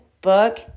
book